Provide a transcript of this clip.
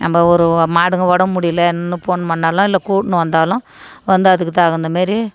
நம்ம ஒரு மாட்டுக்கு உடம்பு முடியலன்னு போன் பண்ணிணாலும் இல்லை கூட்டின்னு வந்தாலும் வந்து அதுக்கு தகுந்த மாரி